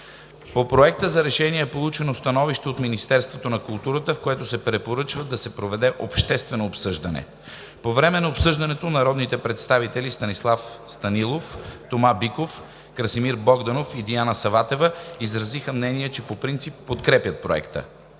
По Проекта на решение е получено становище от Министерството на културата, в което се препоръчва да се проведе обществено обсъждане. По време на обсъждането народните представители Станислав Станилов, Тома Биков, Красимир Богданов и Диана Саватева изразиха мнение, че по принцип подкрепят Проекта.